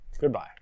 Goodbye